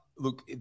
Look